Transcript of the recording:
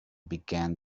began